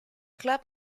club